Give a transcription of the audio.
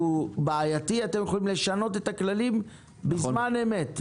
אתם יכולים לשנות את הכללים בזמן אמת.